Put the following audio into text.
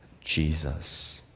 Jesus